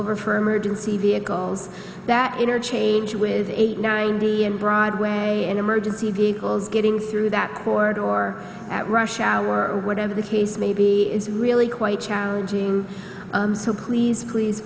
over for emergency vehicles that interchange with eight nine p m broadway and emergency vehicles getting through that cord or at rush hour or whatever the case may be is really quite challenging so please please